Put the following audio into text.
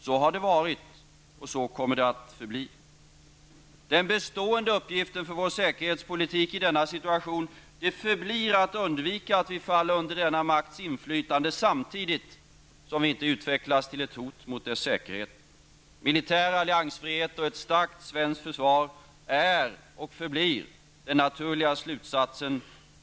Så har det varit, och så kommer det att förbli. Den bestående uppgiften för vår säkerhetspolitik i denna situation förblir att undvika att falla under denna makts inflytande, samtidigt som vi inte utvecklas till ett hot mot dess säkerhet. Militär alliansfrihet och ett starkt svenskt försvar är och förblir den naturliga slutsatsen.